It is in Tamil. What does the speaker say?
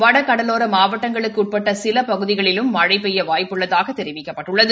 வடகடலோர மாவட்டங்களுக்கு உட்பட்ட சில பகுதிகளிலும் மழை பெய்ய வாய்ப்பு உள்ளதாக தெரிவிக்கப்பட்டுள்ளது